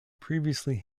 previously